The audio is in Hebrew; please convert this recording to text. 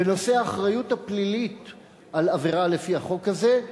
בנושא האחריות הפלילית על עבירה לפי החוק הזה,